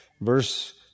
Verse